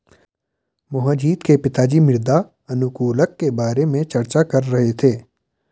मोहजीत के पिताजी मृदा अनुकूलक के बारे में चर्चा कर रहे थे